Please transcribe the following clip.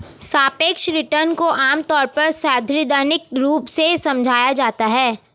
सापेक्ष रिटर्न को आमतौर पर सैद्धान्तिक रूप से समझाया जाता है